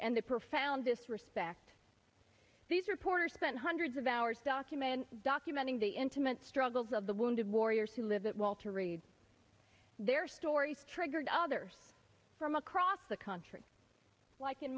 and the profound this respect these reporters spent hundreds of hours document documenting the intimate struggles of the wounded warriors who live at walter reed their stories triggered others from across the country like in